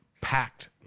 packed